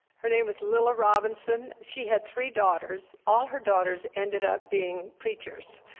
her name was lilla robinson. she had three daughters. all her daughters ended up being preachers,